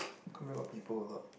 complain about people or not